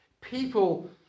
people